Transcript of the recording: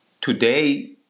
Today